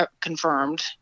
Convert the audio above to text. confirmed